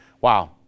Wow